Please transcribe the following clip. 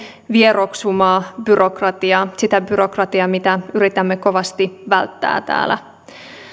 vieroksumaa byrokratiaa sitä byrokratiaa mitä yritämme kovasti välttää täällä